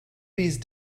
these